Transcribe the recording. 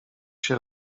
się